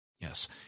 Yes